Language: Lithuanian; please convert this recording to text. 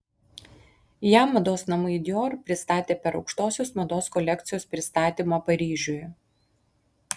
ją mados namai dior pristatė per aukštosios mados kolekcijos pristatymą paryžiuje